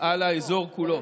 על האזור כולו.